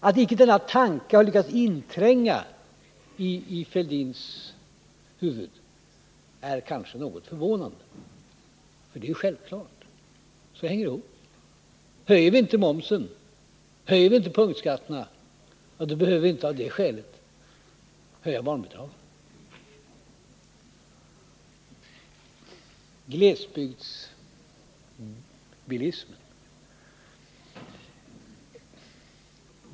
Att icke denna tanke har lyckats intränga i Thorbjörn Fälldins huvud är kanske något förvånande, för det är ju självklart hur det hänger ihop. Höjer vi inte momsen och punktskatterna, så behöver vi inte av det skälet höja barnbidraget. Så till frågan om glesbygdsbilismen.